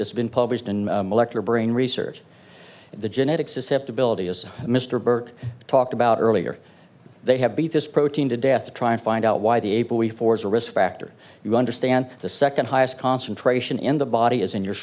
it's been published in molecular brain research in the genetic susceptibility as mr burke talked about earlier they have beat this protein to death to try and find out why the able before is a risk factor you understand the second highest concentration in the body is in your